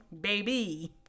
baby